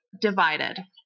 divided